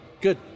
good